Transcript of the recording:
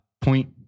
point